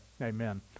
Amen